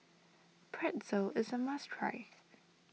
Pretzel is a must try